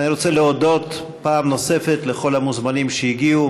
אני רוצה להודות פעם נוספת לכל המוזמנים שהגיעו,